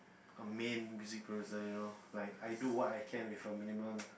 a main music producer you know like I do what I can with a minimum